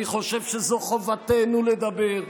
אני חושב שזאת חובתנו לדבר,